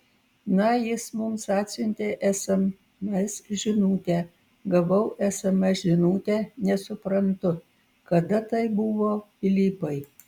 na jis mums atsiuntė sms žinutę gavau sms žinutę nesuprantu kada tai buvo filipai